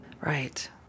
Right